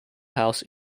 house